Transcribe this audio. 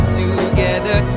together